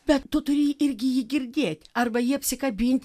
bet tu turi irgi jį girdėti arba jį apsikabinti